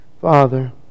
Father